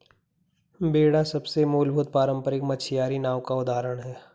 बेड़ा सबसे मूलभूत पारम्परिक मछियारी नाव का उदाहरण है